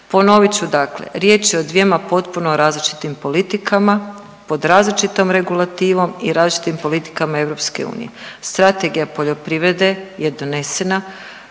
Ponovit ću dakle, riječ je o dvjema potpuno različitim politikama pod različitom regulativom i različitim politikama EU. Strategija poljoprivrede je donesena